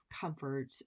comfort